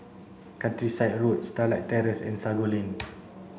Countryside Road Starlight Terrace and Sago Lane